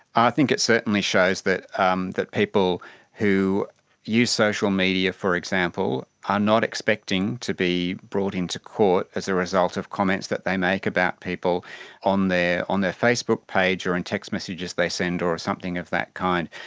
i think it certainly shows that um that people who use social media, for example, are not expecting to be brought into court as a result of comments that they make about people on their on their facebook page or in text messages they send or something of that kind.